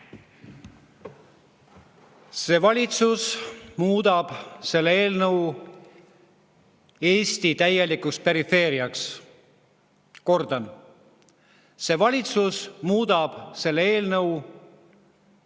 See valitsus muudab selle eelnõuga Eesti täielikuks perifeeriaks. Kordan: see valitsus muudab selle eelnõuga Eesti